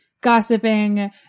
gossiping